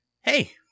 hey